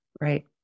Right